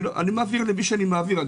אני מעביר למי שאני מעביר.